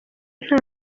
nta